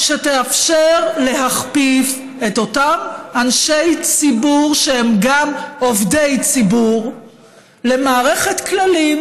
שתאפשר להכפיף את אותם אנשי ציבור שהם גם עובדי ציבור למערכת כללים.